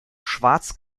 schwarz